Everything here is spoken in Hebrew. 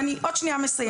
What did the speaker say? אני עוד שנייה מסיימת.